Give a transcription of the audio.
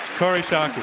kori schake.